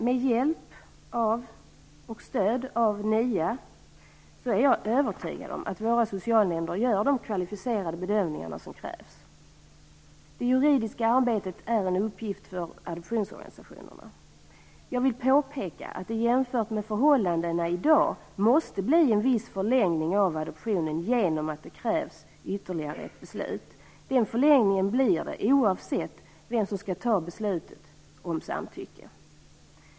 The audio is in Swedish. Med hjälp och stöd av NIA är jag övertygad om att våra socialnämnder gör de kvalificerade bedömningar som krävs. Det juridiska arbetet är en uppgift för adoptionsorganisationerna. Jag vill påpeka att det jämfört med förhållandena i dag måste bli en viss förlängning av adoptionen genom att det krävs ytterligare ett beslut. Den förlängningen blir det oavsett vem som skall fatta beslutet om samtycke.